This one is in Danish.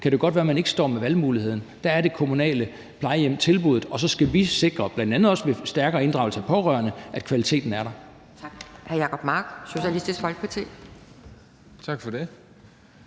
kan det jo godt være, at man ikke står med valgmuligheden; der er det kommunale plejehjem tilbuddet, og så skal vi sikre, bl.a. også med en stærkere inddragelse af pårørende, at kvaliteten er der. Kl.